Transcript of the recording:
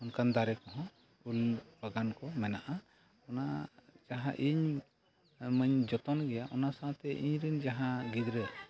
ᱚᱱᱠᱟᱱ ᱫᱟᱨᱮ ᱠᱚᱦᱚᱸ ᱩᱞᱵᱟᱜᱟᱱ ᱠᱚ ᱢᱮᱱᱟᱜᱼᱟ ᱚᱱᱟ ᱡᱟᱦᱟᱸ ᱤᱧ ᱢᱟᱧ ᱡᱚᱛᱚᱱ ᱜᱮᱭᱟ ᱚᱱᱟ ᱥᱟᱶᱛᱮ ᱤᱧᱨᱮᱱ ᱡᱟᱦᱟᱸᱭ ᱜᱤᱫᱽᱨᱟᱹ